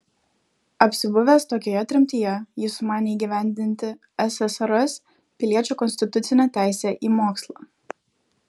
apsibuvęs tokioje tremtyje jis sumanė įgyvendinti ssrs piliečio konstitucinę teisę į mokslą